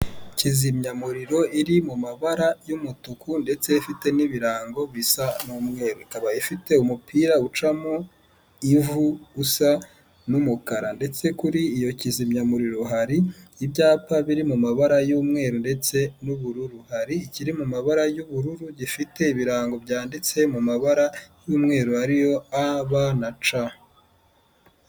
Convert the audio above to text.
Kizimyamuriro iri mu mabara y'umutuku ndetse ifite n'ibirango bisa n'umweru, ikaba ifite umupira ucamo ivu usa n'umukara ndetse kuri iyo kizimyamuriro hari ibyapa biri mu mabara y'umweru ndetse n'ubururu hari ikiri mu mabara y'ubururu gifite ibirango byanditse mu mabara y'umweru ariyo a b na c